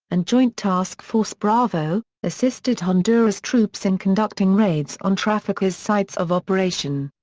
and joint task force-bravo, assisted honduras troops in conducting raids on traffickers' sites of operation.